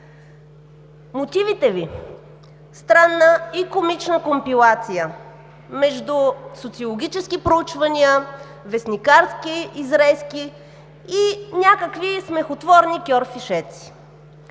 Мотивите Ви – странна и комична компилация между социологически проучвания, вестникарски изрезки и някакви смехотворни кьорфишеци.